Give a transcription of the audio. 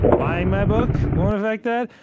buying my book won't affect that.